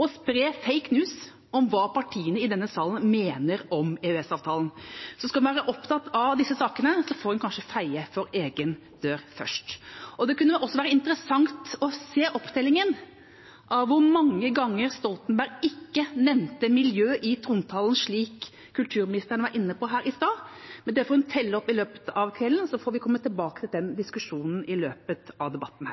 å spre «fake news» om hva partiene i denne salen mener om EØS-avtalen. Så skal hun være opptatt av disse sakene, får hun kanskje feie for egen dør først. Det kunne også være interessant å se opptellingen av hvor mange ganger Jens Stoltenberg ikke nevnte miljø i trontalen, slik kulturministeren var inne på her i stad. Det får hun telle opp i løpet av kvelden, og så får vi komme tilbake til den diskusjonen i løpet av debatten.